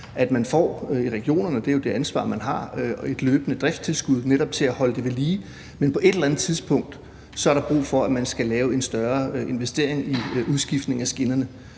at man i regionerne – det er jo det ansvar, man har – får et løbende driftstilskud til netop at holde det ved lige, men at der på et eller andet tidspunkt er brug for, at man så skal lave en større investering i en udskiftning af skinnerne.